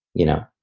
you know,